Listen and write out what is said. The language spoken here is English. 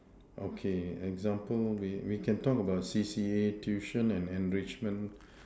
okay example we we can talk about C_C_A tuition and enrichment